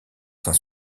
saint